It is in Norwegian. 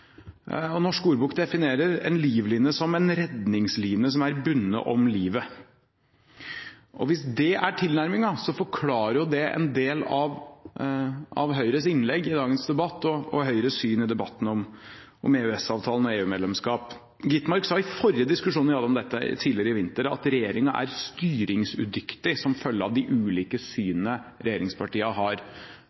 livline. Norsk ordbok definerer livline som en redningsline som er bundet om livet. Hvis det er tilnærmingen, forklarer det en del av Høyres innlegg i dagens debatt og Høyres syn i debatten om EØS-avtalen og EU-medlemskap. Skovholt Gitmark sa i forrige diskusjon vi hadde om dette tidligere i vinter, at regjeringen er styringsudyktig som følge av de ulike synene regjeringspartiene har